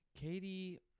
Katie